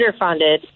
underfunded